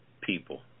people